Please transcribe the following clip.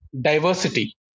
diversity